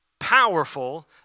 Powerful